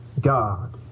God